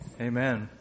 Amen